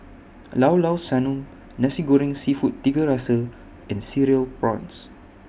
Llao Llao Sanum Nasi Goreng Seafood Tiga Rasa and Cereal Prawns